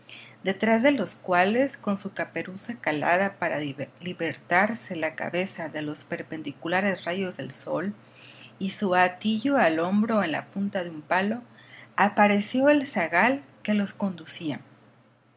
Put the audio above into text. detrás de los cuales con su caperuza calada para libertarse la cabeza de los perpendiculares rayos del sol y su hatillo al hombro en la punta de un palo apareció el zagal que los conducía